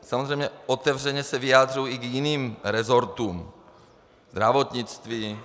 Samozřejmě otevřeně se vyjadřuji i k jiným resortům zdravotnictví...